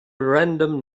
random